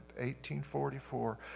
1844